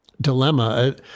dilemma